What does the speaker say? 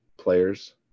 Players